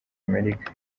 amerika